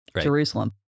Jerusalem